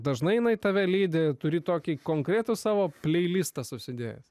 dažnai jinai tave lydi turi tokį konkretų savo pleilistą susidėjęs